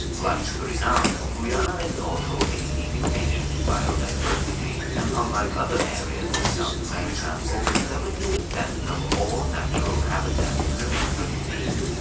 like suriname, guyana is also a leading nation in biodiversity and unlike other areas in south america, over seventy percent of all natural habitats remain pristine.